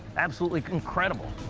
absolutely incredible.